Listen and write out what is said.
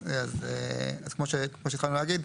אז כמו שהתחלנו להגיד,